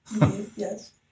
yes